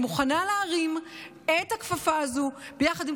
אני מוכנה להרים את הכפפה הזאת יחד עם